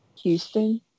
Houston